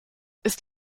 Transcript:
ist